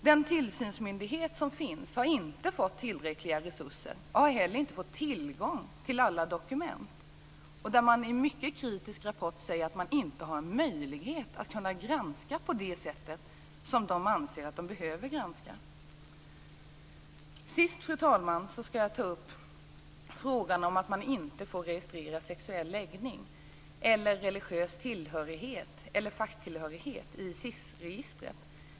Den tillsynsmyndighet som finns har inte fått tillräckliga resurser och har heller inte fått tillgång till alla dokument. Man säger i en mycket kritisk rapport att man inte har möjlighet att granska på det sätt som man anser att man behöver granska. Sist, fru talman, skall jag ta upp frågan om att man inte får registrera sexuell läggning, religiös tillhörighet eller facktillhörighet i SIS-registren.